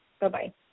Bye-bye